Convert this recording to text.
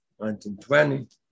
1920